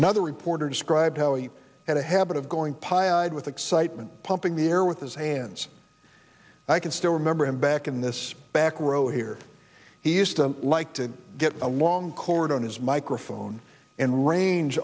he had a habit of going pie eyed with excitement pumping the air with his hands i can still remember him back in this back row here he used to like to get a long cord on his microphone and range